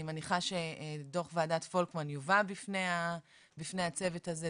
אני מניחה שדוח ועדת פולקמן יובא בפני הצוות הזה.